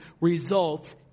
results